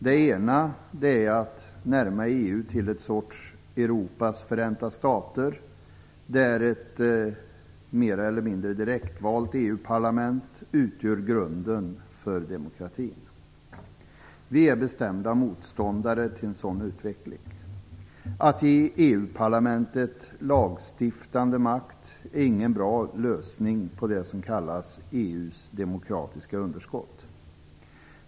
Den ena är att närma EU till ett Europas förenta stater, där ett mer eller mindre direktvalt EU-parlament utgör grunden för demokratin. Vi är bestämda motståndare till en sådan utveckling. Att ge EU-parlamentet lagstiftande makt är ingen bra lösning på det som kallas EU:s demokratiska underskott.